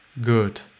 good